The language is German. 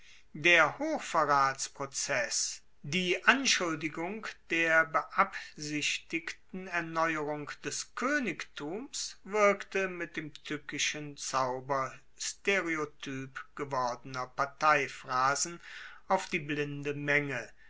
der hochverratsprozess die anschuldigung der beabsichtigten erneuerung des koenigtums wirkte mit dem tueckischen zauber stereotyp gewordener parteiphrasen auf die blinde menge